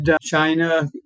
China